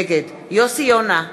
נגד יוסי יונה,